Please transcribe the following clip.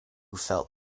felt